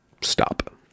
stop